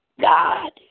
God